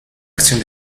acción